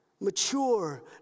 mature